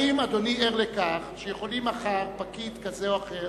האם אדוני ער לכך שמחר יכול פקיד זה או אחר